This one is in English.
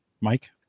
mike